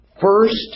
First